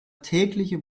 tägliche